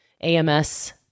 AMS